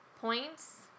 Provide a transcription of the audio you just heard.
Points